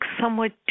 somewhat